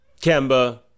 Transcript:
Kemba